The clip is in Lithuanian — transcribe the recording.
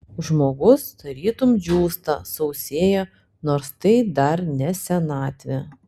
žmogus tarytum džiūsta sausėja nors tai dar ne senatvė